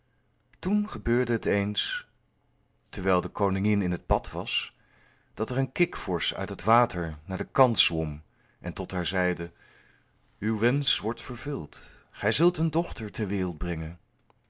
toen gebeurde het eens terwijl de koningin in het bad was dat er een kikvorsch uit het water naar den kant zwom en tot haar zeide uw wensch wordt vervuld gij zult een dochter ter wereld brengen